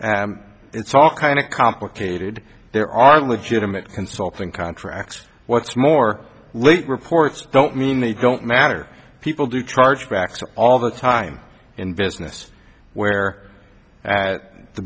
it's all kind of complicated there are legitimate consulting contracts what's more late reports don't mean they don't matter people do charge backs all the time in business where at the